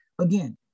again